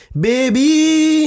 baby